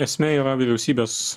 esmė yra vyriausybės